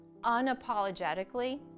unapologetically